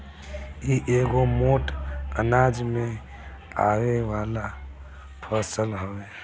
इ एगो मोट अनाज में आवे वाला फसल हवे